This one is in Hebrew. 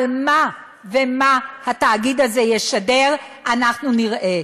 על מה ומה התאגיד הזה ישדר אנחנו נראה,